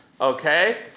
Okay